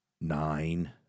nine